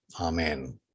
Amen